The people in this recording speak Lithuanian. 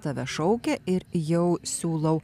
tave šaukia ir jau siūlau